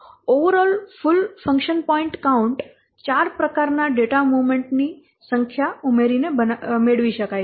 overall full function point count 4 પ્રકારના data movement ની સંખ્યા ઉમેરીને મેળવી શકાય છે